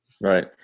Right